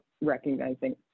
recognizing